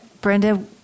Brenda